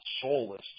soulless